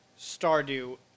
Stardew